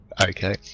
Okay